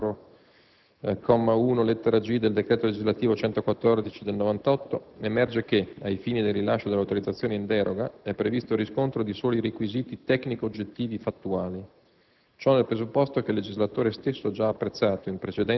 del decreto ministeriale n. 391 del 1998 e dell'articolo 4, comma 1, lettera *g),* del decreto legislativo n. 114 del 1998 emerge che, ai fini del rilascio dell'autorizzazione in deroga, è previsto il riscontro di soli requisiti tecnico-oggettivi-fattuali.